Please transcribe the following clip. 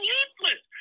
useless